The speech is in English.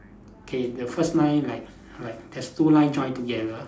okay the first line like like there's two line join together